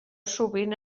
sovint